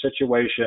situation